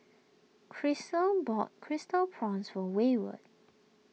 Krystal bought crystal Prawns for wayward